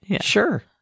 sure